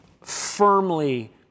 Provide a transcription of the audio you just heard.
firmly